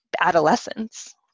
adolescence